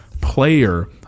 player